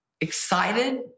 excited